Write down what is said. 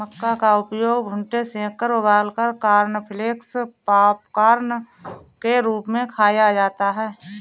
मक्का का उपयोग भुट्टे सेंककर उबालकर कॉर्नफलेक्स पॉपकार्न के रूप में खाया जाता है